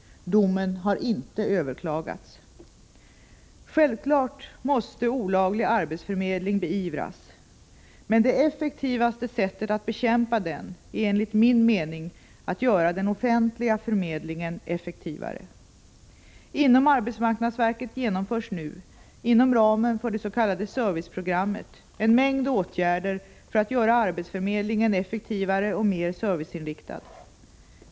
Domen har inte överklagats. Självfallet måste olaglig arbetsförmedling beivras, men det effektivaste sättet att bekämpa den är enligt min mening att göra den offentliga förmedlingen effektivare. Inom arbetsmarknadsverket genomförs nu, inom ramen för det s.k. serviceprogrammet, en mängd åtgärder för att göra arbetsförmedlingen effektivare och mer serviceinriktad.